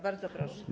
Bardzo proszę.